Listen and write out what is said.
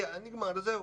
נגמר וזהו.